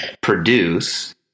produce